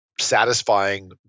satisfying